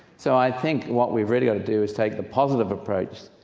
so i think what we've really got to do is take the positive approach,